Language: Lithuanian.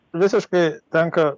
visiškai tenka